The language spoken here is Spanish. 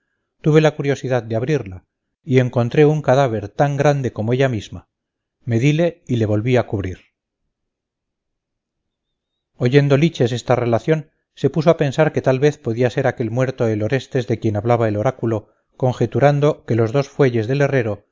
tuve la curiosidad de abrirla y encontré un cadáver tan grande como ella misma medíle y le volví a cubrir oyendo liches esta relación se puso a pensar que tal vez podía ser aquel muerto el orestes de quien hablaba el oráculo conjeturando que los dos fuelles del herrero